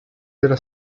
della